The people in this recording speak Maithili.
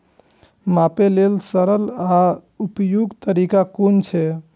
मापे लेल सरल आर उपयुक्त तरीका कुन छै?